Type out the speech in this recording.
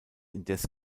indes